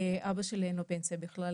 אבא שלי אין לו פנסיה בכלל,